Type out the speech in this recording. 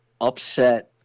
upset